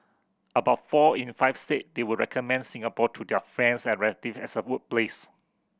about four in five said they would recommend Singapore to their friends and relatives as a workplace